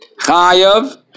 Chayav